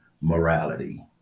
morality